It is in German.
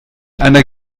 einer